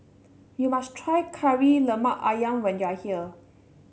you must try Kari Lemak ayam when you are here